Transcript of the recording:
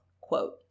quote